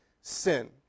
sin